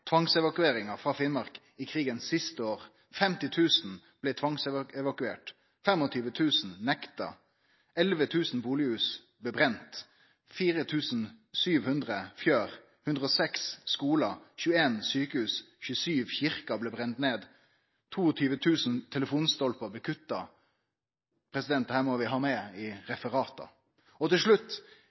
tvangsevakueringa frå Finnmark i krigens siste år: 50 000 blei tvangsevakuerte, 25 000 nekta, 11 000 bustadhus, 4 700 fjøs, 106 skular, 21 sjukehus, 27 kyrkjer blei brende ned, og 22 000 telefonstolpar blei kutta. Dette må vi ha med i referata. Til slutt